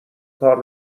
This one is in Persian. کار